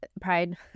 pride